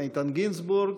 איתן גינזבורג.